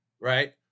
right